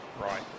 Right